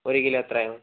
ഒരു കിലോ എത്രയാണ്